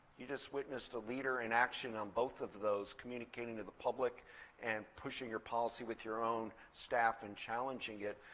you just witnessed a leader in action on both of those communicating to the public and pushing your policy with your own staff and challenging it.